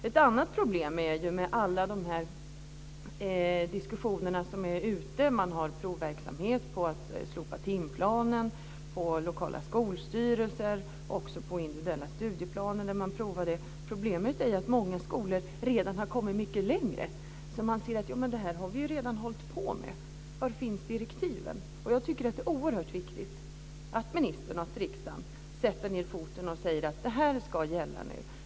Ett annat problem är alla de diskussioner som förs. Man har provverksamhet med att slopa timplanen, med lokala skolstyrelser och även med individuella studieplaner. Problemet är att många skolor redan har kommit mycket längre: Men, det här har vi ju redan hållit på med. Var finns direktiven? Jag tycker att det är oerhört viktigt att ministern och riksdagen sätter ned foten och säger: Det här ska gälla nu.